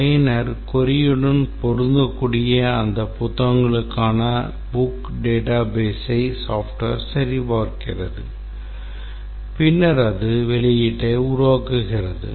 பயனர் queryடன் பொருந்தக்கூடிய அந்த புத்தகங்களுக்கான book databaseஐ software சரிபார்க்கிறது பின்னர் அது வெளியீட்டை உருவாக்குகிறது